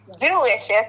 delicious